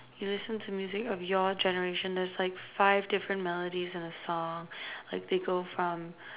you listen to music of your generation there's like five different melodies in a song like they go from